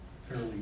fairly